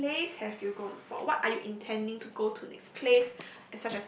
place have you gone for what are you intending to go to next place